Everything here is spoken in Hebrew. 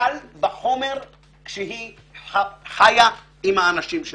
קל וחומר כשהיא חיה עם האנשים שלה.